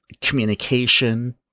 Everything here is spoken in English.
communication